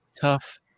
tough